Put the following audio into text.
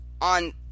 on